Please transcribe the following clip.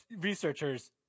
researchers